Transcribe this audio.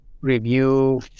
review